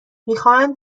میخواهند